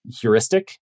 heuristic